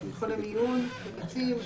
מכוני מיון לביצים,